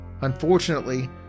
Unfortunately